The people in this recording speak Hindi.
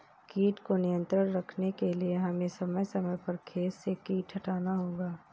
कीट को नियंत्रण रखने के लिए हमें समय समय पर खेत से कीट हटाना होगा